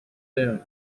soon